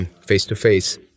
face-to-face